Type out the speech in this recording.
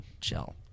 Chill